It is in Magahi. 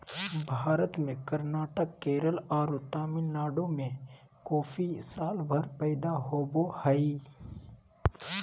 भारत में कर्नाटक, केरल आरो तमिलनाडु में कॉफी सालभर पैदा होवअ हई